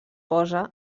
posa